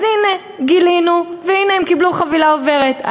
אז הנה, גילינו, והנה הם קיבלו חבילה עוברת.